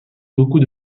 beaucoup